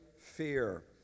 fear